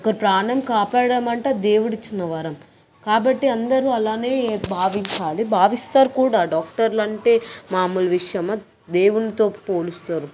ఒకరు ప్రాణం కాపాడడమంటే దేవుడిచ్చిన వరం కాబట్టి అందరూ అలానే భావించాలి భావిస్తారు కూడా డాక్టర్లంటే మామూలు విషయమా దేవునితో పోలుస్తారు